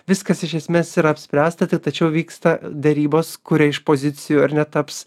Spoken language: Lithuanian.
viskas iš esmės yra apspręsta tai tačiau vyksta derybos kuri iš pozicijų ar netaps